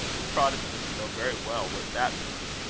we protestants know very well what that means.